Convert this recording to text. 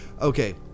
okay